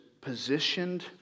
positioned